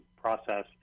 process